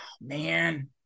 man